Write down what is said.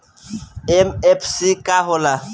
MFC का हो़ला?